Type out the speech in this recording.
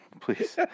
Please